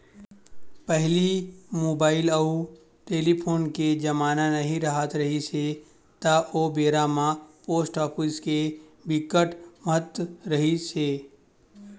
पहिली मुबाइल अउ टेलीफोन के जमाना नइ राहत रिहिस हे ता ओ बेरा म पोस्ट ऑफिस के बिकट महत्ता रिहिस हे